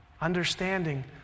Understanding